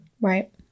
Right